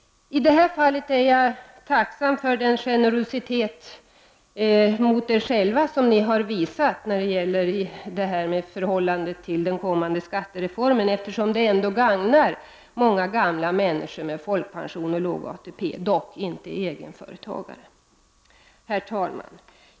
I det här fallet är jag tacksam för den generositet som ni har visat mot er själva i fråga om den kommande skattereformen, eftersom det gagnar många gamla människor med folkpension och låg ATP, dock inte egenföretagare. Herr talman!